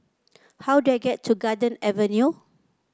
how do I get to Garden Avenue